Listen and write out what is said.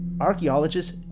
Archaeologists